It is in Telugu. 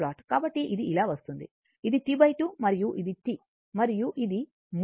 కాబట్టి ఇది ఇలా వస్తోంది ఇది T 2 మరియు ఇది T మరియు ఇది మూలం